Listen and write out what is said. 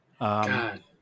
God